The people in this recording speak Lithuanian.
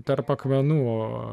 tarp akmenų